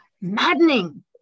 maddening